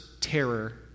terror